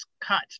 cut